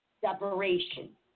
separation